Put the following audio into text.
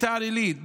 בביתר עילית,